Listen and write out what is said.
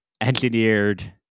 engineered